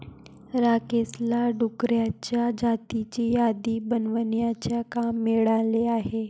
राकेशला डुकरांच्या जातींची यादी बनवण्याचे काम मिळाले आहे